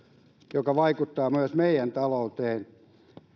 joka vaikuttaa myös meidän talouteemme